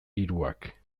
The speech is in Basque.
hiruak